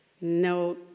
No